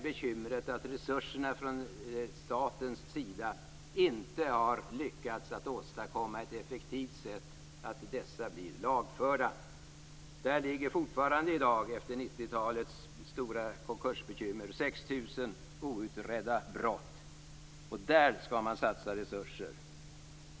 Bekymret är att resurserna från statens sida inte har lyckats åstadkomma ett effektivt sätt att få de här människorna lagförda. Efter 90-talets stora konkursbekymmer finns det fortfarande 6 000 outredda brott i dag. Där skall man satsa resurser.